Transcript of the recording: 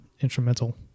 instrumental